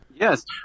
Yes